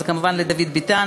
אלה כמובן דוד ביטן,